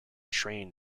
train